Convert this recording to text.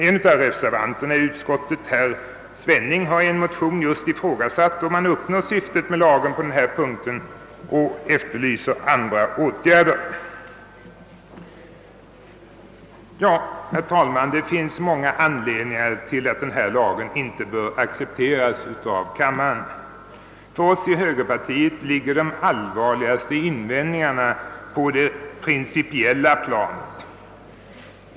En av reservanterna i utskottet, herr Svenning, har i en motion ifrågasatt om man i detta avseende uppnår syftet med lagen och efterlyser andra åtgärder. Herr talman! Det finns många anledningar till att detta lagförslag inte bör accepteras av kammaren. För oss i hö gerpartiet ligger de allvarligaste invändningarna på det principiella planet.